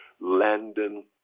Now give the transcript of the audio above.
Landon